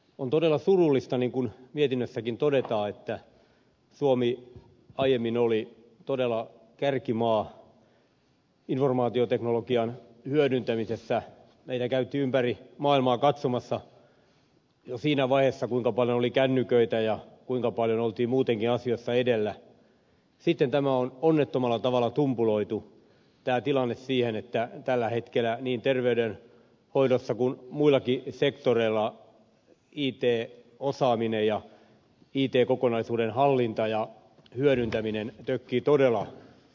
on todella surullista niin kuin mietinnössäkin todetaan että kun suomi aiemmin oli todella kärkimaa informaatioteknologian hyödyntämisessä meitä käytiin ympäri maailmaa katsomassa jo siinä vaiheessa kuinka paljon oli kännyköitä ja kuinka paljon oltiin muutenkin asiassa edellä niin sitten tämä tilanne on onnettomalla tavalla tumpuloitu siihen että tällä hetkellä niin terveydenhoidossa kuin muillakin sektoreilla it osaaminen ja it kokonaisuuden hallinta ja hyödyntäminen tökkii todella pahasti